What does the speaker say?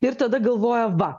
ir tada galvoja va